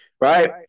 Right